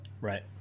Right